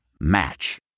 Match